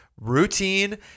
routine